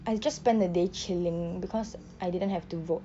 I just spent the day chilling because I didn't have to vote